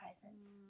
presence